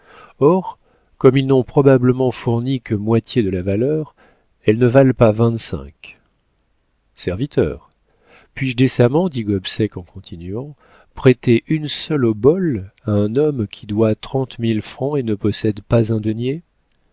or comme ils n'ont probablement fourni que moitié de la valeur elles ne valent pas vingt-cinq serviteur puis-je décemment dit gobseck en continuant prêter une seule obole à un homme qui doit trente mille francs et ne possède pas un denier